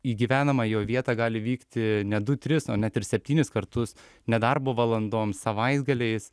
į gyvenamąją jo vietą gali vykti ne du tris o net ir septynis kartus ne darbo valandoms savaitgaliais